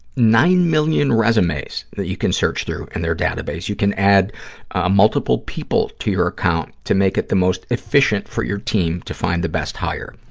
nine million resumes that you can search through and their database. you can add ah multiple people to your account to make it the most efficient for your team to find the best hire.